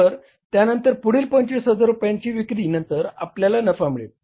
तर त्यानंतरच्या पुढील 25000 रुपयांच्या विक्रीनंतर आपल्याला नफा मिळेल